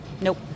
Nope